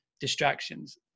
distractions